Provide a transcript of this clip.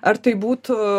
ar tai būtų